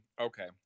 okay